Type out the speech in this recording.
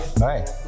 Right